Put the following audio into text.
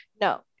no